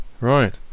Right